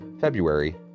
February